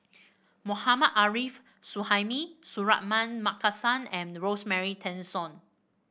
Mohammad Arif Suhaimi Suratman Markasan and Rosemary Tessensohn